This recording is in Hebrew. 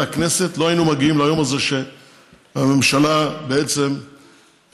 הכנסת לא היינו מגיעים ליום הזה שהממשלה בעצם נאלצה,